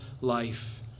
life